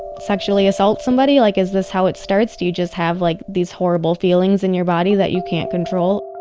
sexually assault somebody? like is this how it starts? do you just have, like, these horrible feelings in your body that you can't control?